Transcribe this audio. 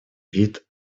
вид